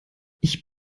ich